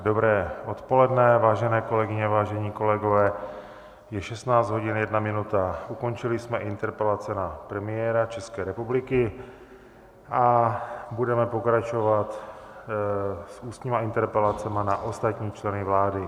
Dobré odpoledne, vážené kolegyně, vážení kolegové, je 16.01, ukončili jsme interpelace na premiéra České republiky a budeme pokračovat ústními interpelacemi na ostatní členy vlády.